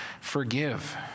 forgive